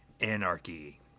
Anarchy